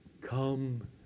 come